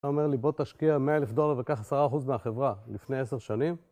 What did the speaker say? אתה אומר לי בוא תשקיע 100 אלף דולר וכך 10% מהחברה לפני 10 שנים?